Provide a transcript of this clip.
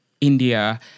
India